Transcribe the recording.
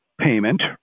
payment